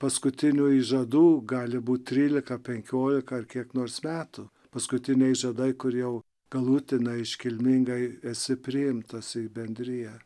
paskutinių įžadų gali būt trylika penkiolika ar kiek nors metų paskutiniai žiedai kur jau galutinai iškilmingai esi priimtas į bendriją